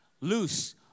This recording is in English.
loose